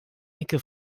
ecke